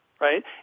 right